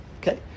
okay